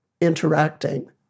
interacting